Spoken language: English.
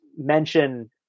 mention